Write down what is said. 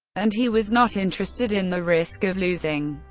and he was not interested in the risk of losing.